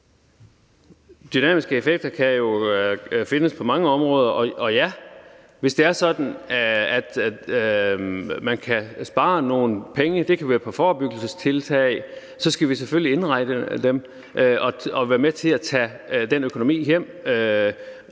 Dynamiske effekter kan jo findes på mange områder. Og ja, hvis det er sådan, at man kan spare nogle penge – det kan være på forebyggelsestiltag – så skal vi selvfølgelig indregne dem og være med til at tage den økonomiske